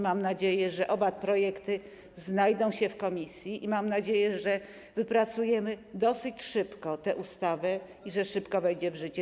Mam nadzieję, że oba projekty znajdą się w komisji i że wypracujemy dosyć szybko te ustawy i że szybko wejdą one w życie.